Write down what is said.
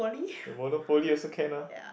monopoly also can ah